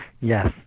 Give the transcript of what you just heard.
Yes